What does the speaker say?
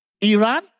Iran